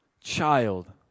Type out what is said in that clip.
child